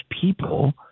people